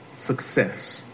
success